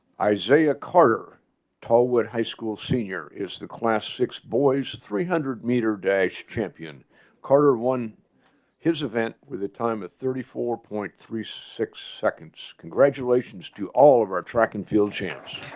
isaiah carter told wood high school senior is the class six boys, three hundred meter, dash champion carter won his event with a time of thirty four point thirty six seconds. congratulations to all of our track and field. champs